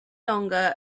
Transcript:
longer